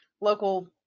local